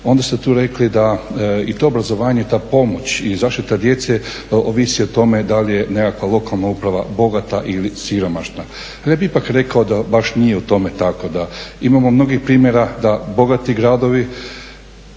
onda ste tu rekli da i to obrazovanje i ta pomoć i zaštita djece ovisi o tome da li je nekakva lokalna uprava bogata ili siromašna. Ali ja bih ipak rekao da baš nije u tome tako. Imamo mnogih primjera da bogati gradovi